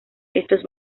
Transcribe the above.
estos